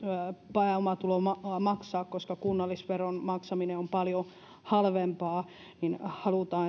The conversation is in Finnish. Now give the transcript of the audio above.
pääomatuloveroa maksaa koska kunnallisveron maksaminen on paljon halvempaa eli halutaan